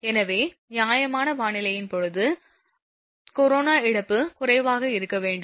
எனவே நியாயமான வானிலையின் போது கொரோனா இழப்பு குறைவாக இருக்க வேண்டும்